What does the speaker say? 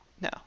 No